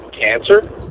cancer